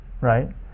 right